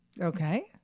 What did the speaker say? Okay